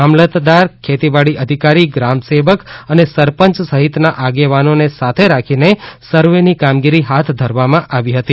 મામલતદાર ખેતીવાડી અધિકારી ગ્રામ સેવક અને સરપંય સહિતના આગેવાનોને સાથે રાખીને સર્વેની કામગીરી હાથ ધરવામાં આવી હતી